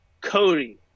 Cody